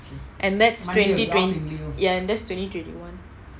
and that's twenty twenty ya that's twenty twenty one